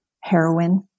heroin